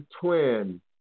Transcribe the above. twin